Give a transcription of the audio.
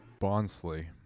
Bonsley